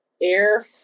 Air